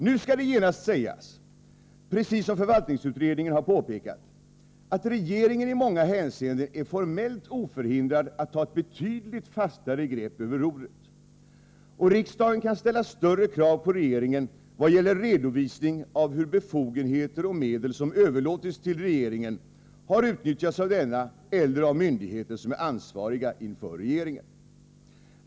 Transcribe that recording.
Nu skall det genast sägas — precis som förvaltningsutredningen har påpekat — att regeringen i många hänseenden är formellt oförhindrad att ta ett betydligt fastare grepp över rodret. Och riksdagen kan ställa större krav på regeringen i vad gäller redovisning av hur befogenheter och medel som överlåtits till regeringen har utnyttjats av denna eller av myndigheter som är ansvariga inför regeringen.